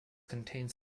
contains